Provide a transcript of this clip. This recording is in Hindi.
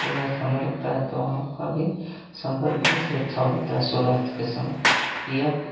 सूर्यास्त होने लगता है तो वहां का भी सौंदर्य बहुत ही अच्छा हो जाता है सूर्यास्त के समय एक